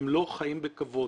הם לא חיים בכבוד